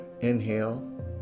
inhale